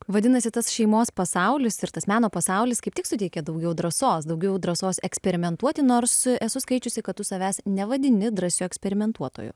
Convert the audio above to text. vadinasi tas šeimos pasaulis ir tas meno pasaulis kaip tik suteikė daugiau drąsos daugiau drąsos eksperimentuoti nors esu skaičiusi kad tu savęs nevadini drąsiu eksperimentuotoju